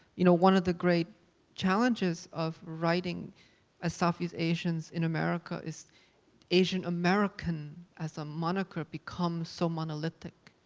you know, one of the great challenges of writing as southeast asians in america is asian american as a moniker becomes so monolithic.